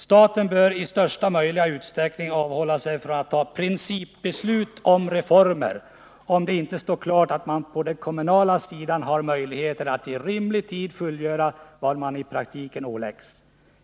Staten bör i största möjliga utsträckning avhålla sig från att ta principbeslut om reformer, om det inte står klart att man på den kommunala sidan har möjlighet att i rimlig tid fullgöra vad man i praktiken åläggs.